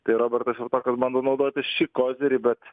tai robertas javtokas bando naudoti šį kozirį bet